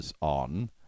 on